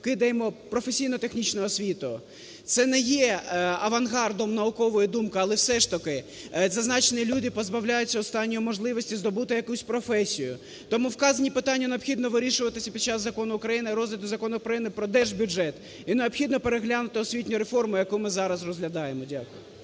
кидаємо професійно-технічну освіту? Це не є авангардом наукової думки, але все ж таки зазначені люди позбавляються останньої можливості здобути якусь професію. Тому вказані питання необхідно вирішувати під час закону України, розгляду Закону України про Держбюджет, і необхідно переглянути освітню реформу, яку ми зараз розглядаємо. Дякую.